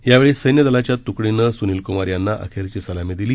यावेळी संख्र दलाच्या तुकडीनं सुनीलकुमार यांना अखेरची सलामी दिली